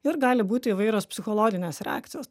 ir gali būti įvairios psichologinės reakcijos